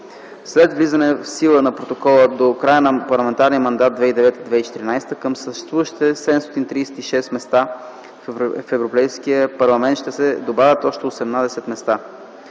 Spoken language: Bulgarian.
След влизането в сила на протокола до края на парламентарния мандат 2009-2014 г. към съществуващите 736 места в Европейския парламент ще се добавят още 18 места,